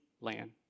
land